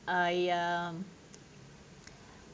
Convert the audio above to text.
uh ya